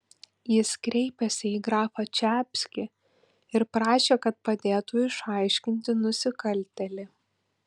jis kreipėsi į grafą čapskį ir prašė kad padėtų išaiškinti nusikaltėlį